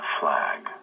flag